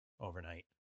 overnight